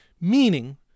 meaning